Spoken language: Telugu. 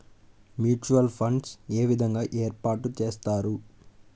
మ్యూచువల్ ఫండ్స్ ఏ విధంగా ఏర్పాటు చేస్తారు?